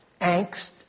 angst